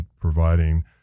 providing